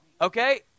Okay